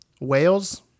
Whales